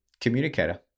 Communicator